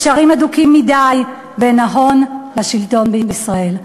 קשרים הדוקים מדי, בין ההון לשלטון בישראל.